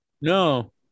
No